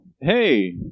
Hey